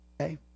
Okay